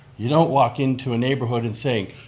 you don't walk into a neighborhood and say,